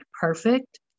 perfect